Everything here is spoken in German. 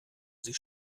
sich